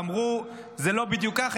ואמרו: זה לא בדיוק ככה,